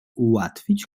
ułatwić